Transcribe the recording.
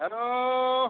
hello